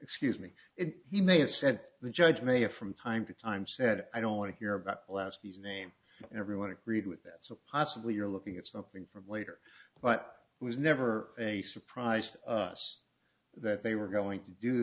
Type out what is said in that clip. excuse me it he may have said the judge may have from time to time said i don't want to hear about the last piece name everyone agreed with that's a possible you're looking at something from later but it was never a surprise to us that they were going to do